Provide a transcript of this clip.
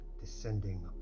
descending